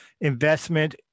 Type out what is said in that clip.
investment